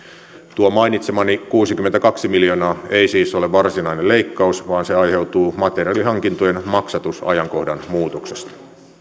tuo mainitsemani kuusikymmentäkaksi miljoonaa ei siis ole varsinainen leikkaus vaan se aiheutuu materiaalihankintojen maksatusajankohdan muutoksesta